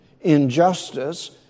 injustice